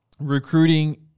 recruiting –